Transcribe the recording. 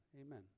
amen